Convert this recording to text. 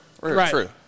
Right